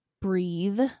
breathe